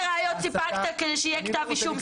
ראיות סיפקת כדי שיהיה כתב אישום?